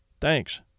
Thanks